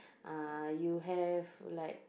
uh you have like